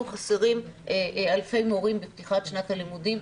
חסרים אלפי מורים בפתיחת שנת הלימודים,